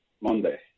Monday